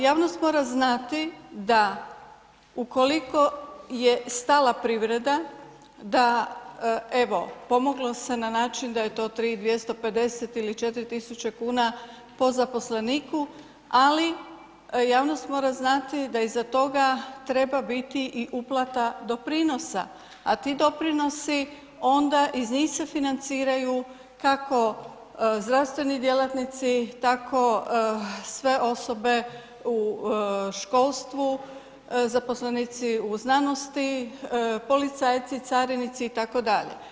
Javnost mora znati da ukoliko je stala privreda da, evo pomoglo se na način da je to 3.250,00 ili 4.000,00 kn po zaposleniku, ali javnost mora znati da iza toga treba biti i uplata doprinosa, a ti doprinosi onda iz njih se financiraju kako zdravstveni djelatnici, tako sve osobe u školstvu, zaposlenici u znanosti, policajci, carinici itd.